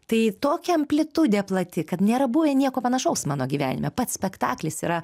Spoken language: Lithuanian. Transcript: tai tokia amplitudė plati kad nėra buvę nieko panašaus mano gyvenime pats spektaklis yra